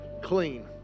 clean